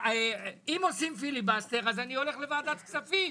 אם עושים פיליבסטר אז אני הולך לוועדת כספים.